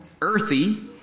earthy